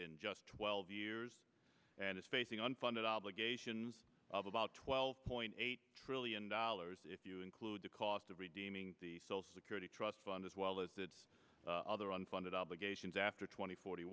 in just twelve years and is facing unfunded obligations of about twelve point eight trillion dollars if you include the cost of redeeming the security trust fund as well as its other unfunded obligations after twenty forty